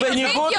מי נגד?